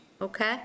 Okay